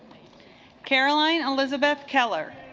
caroline elizabeth keller